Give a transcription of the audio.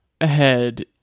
ahead